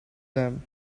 them